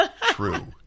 true